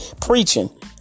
preaching